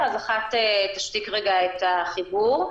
כן.